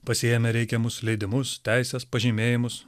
pasiėmę reikiamus leidimus teises pažymėjimus